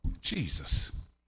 Jesus